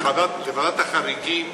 לוועדת החריגים.